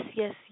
Yes